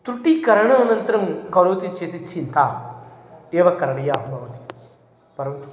तृटिकरणानन्तरं करोति चेत् चिन्ता एव कारणीया भवति परन्तु